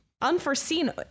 Unforeseen